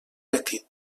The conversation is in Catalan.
petit